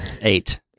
Eight